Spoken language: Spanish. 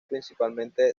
principalmente